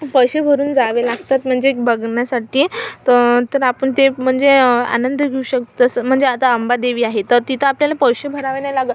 पैसे भरून जावे लागतात म्हणजे बघण्यासाठी त तर आपण ते म्हणजे आनंद घेऊ शकतो तसं म्हणजे आता अंबादेवी आहे तर तिथं आपल्याला पैसे भरावे नाही लागत